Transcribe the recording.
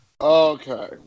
Okay